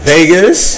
Vegas